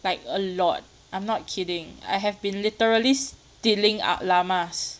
like a lot I'm not kidding I have been stealing out llamas